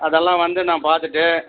அதெல்லாம் வந்து நான் பார்த்துட்டு